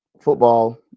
football